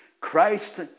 Christ